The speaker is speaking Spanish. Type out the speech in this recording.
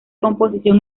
composición